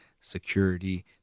security